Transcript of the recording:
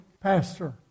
pastor